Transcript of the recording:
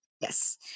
Yes